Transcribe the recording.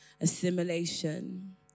assimilation